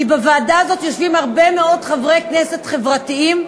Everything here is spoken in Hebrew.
בוועדה הזאת יושבים הרבה מאוד חברי כנסת חברתיים,